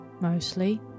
Mostly